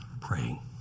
praying